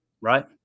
Right